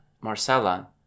Marcella